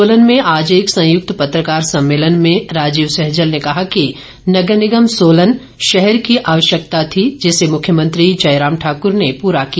सोलन में आज एक संयुक्त पत्रकार सम्मेलन में राजीव सैजल ने कहा कि नगर निगम सोलन शहर की आवश्यकता थी जिसे मुख्यमंत्री जयराम ठाकुर ने पूरा किया